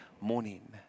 morning